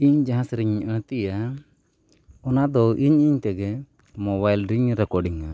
ᱤᱧ ᱡᱟᱦᱟᱸ ᱥᱮᱨᱮᱧ ᱟᱹᱲᱛᱤᱭᱟ ᱚᱱᱟᱫᱚ ᱤᱧ ᱤᱧ ᱛᱮᱜᱮ ᱢᱳᱵᱟᱭᱤᱞ ᱨᱮᱧ ᱨᱮᱠᱚᱰᱤᱝᱟ